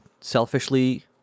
selfishly